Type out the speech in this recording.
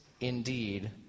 indeed